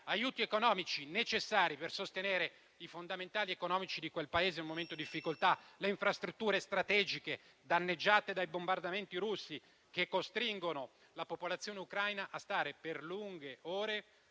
aiuti economici necessari per sostenere i fondamentali economici di quel Paese in un momento di difficoltà, le infrastrutture strategiche danneggiate dai bombardamenti russi che costringono la popolazione Ucraina a stare per lunghe ore